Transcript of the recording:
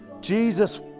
Jesus